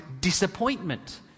disappointment